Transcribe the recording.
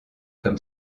comme